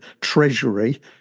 treasury